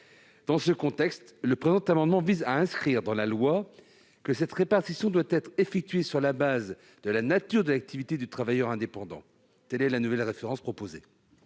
Dans ce contexte, le présent amendement vise à inscrire dans la loi que cette répartition doit être effectuée sur le fondement de la nature de l'activité du travailleur indépendant. Quel est l'avis de la commission